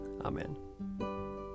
Amen